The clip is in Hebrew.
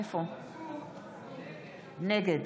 נגד